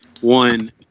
One